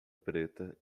preta